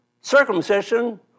circumcision